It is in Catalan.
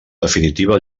definitiva